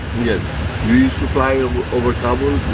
yes, we used to fly over over kabul.